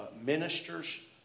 ministers